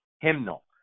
hymnal